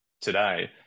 today